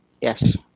Yes